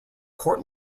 court